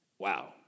Wow